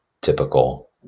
typical